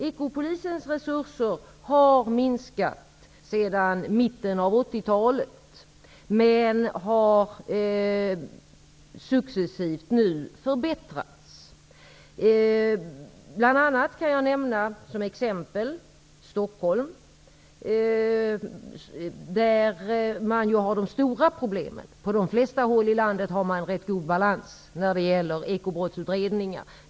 Ekopolisens resurser har minskat sedan mitten av 1980-talet. Successivt har de dock nu förbättrats. Jag kan bl.a. nämna Stockholm som ett exempel. Det är ju där man har de stora problemen. På de flesta håll i landet är balansen rätt god när det gäller ekobrottsutredningar.